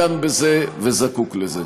למה, מעוניין בזה וזקוק לזה.